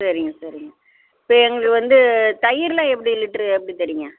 சரிங்க சரிங்க இப்போ எங்களுக்கு வந்து தயிரெலாம் எப்படி லிட்ரு எப்படி தர்றீங்க